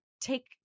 take